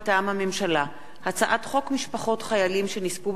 מטעם הממשלה: הצעת חוק משפחות חיילים שנספו